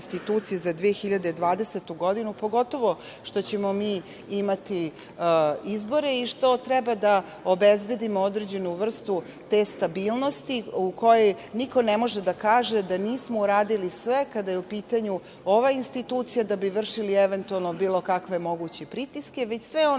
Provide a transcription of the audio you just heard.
institucije za 2020. godinu, pogotovo što ćemo mi imati izbore i što treba da obezbedimo određenu vrstu te stabilnosti, u kojoj niko ne može da kaže da nismo uradili sve kada je u pitanju ova institucija, da bi vršili eventualno bilo kakve moguće pritiske, već sve ono